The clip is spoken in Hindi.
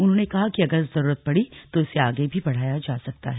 उन्होंने कहा कि अगर जरूरत पड़ी तो इसे आगे भी बढ़ाया जा सकता है